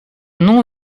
nom